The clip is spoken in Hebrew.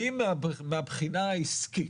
האם מהבחינה העסקית,